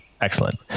Excellent